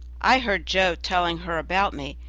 i heard joe telling her about me,